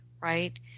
right